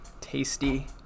Tasty